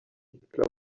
league